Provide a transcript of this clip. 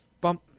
Bump